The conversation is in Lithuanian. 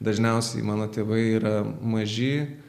dažniausiai mano tėvai yra maži